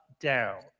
down